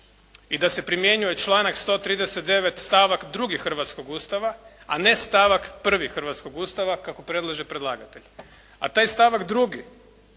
i da se primjenjuje članak 139. stavak 2. hrvatskog Ustava a ne stavak 1. hrvatskog Ustava kako predlaže predlagatelj a taj stavak 2.